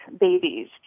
babies